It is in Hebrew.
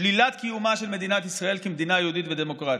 שלילת קיומה של מדינת ישראל כמדינה יהודית ודמוקרטית.